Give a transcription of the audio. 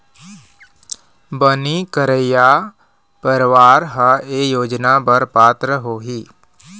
बनी करइया परवार ह ए योजना बर पात्र होही